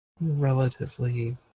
relatively